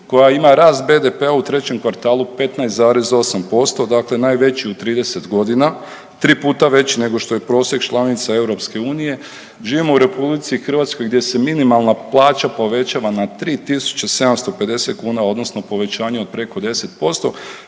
koja ima rast BDP-a u trećem kvartalu 15,8% dakle najveći u 30 godina, 3 puta veći nego što je prosjek članica EU. Živimo u RH gdje se minimalna plaća povećava na 3.750 kuna odnosno povećanje od preko 10%,